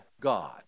God